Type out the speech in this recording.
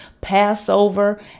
Passover